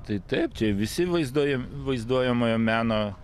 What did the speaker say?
tai taip čia visi vaizduoja vaizduojamojo meno